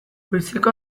goizeko